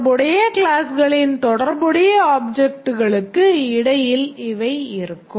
தொடர்புடைய கிளாஸ்களின் தொடர்புடைய அப்ஜெக்ட்களுக்கு இடையில் இவை இருக்கும்